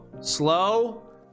slow